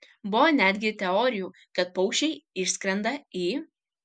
buvo netgi teorijų kad paukščiai išskrenda į